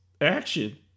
action